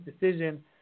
decision